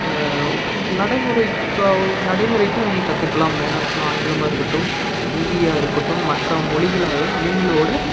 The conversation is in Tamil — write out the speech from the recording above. நடைமுறைக்காக நடைமுறைக்கு அவங்க கற்றுக்கலாம் வேணாம்னு சொன்ன ஆங்கிலமாக இருக்கட்டும் ஹிந்தியாக இருக்கட்டும் மற்ற மொழிகளை அவங்களோட